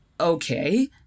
Okay